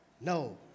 No